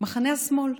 מחנה השמאל.